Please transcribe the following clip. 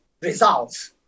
results